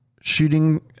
shooting